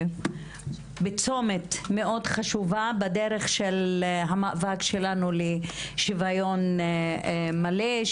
בצומת מאוד חשוב בדרך של המאבק שלנו לשוויון מלא,